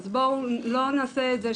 אז בואו לא נעשה את זה,